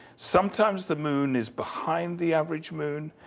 sometimes the moon is behind the average moon.